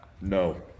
No